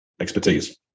expertise